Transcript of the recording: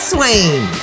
Swain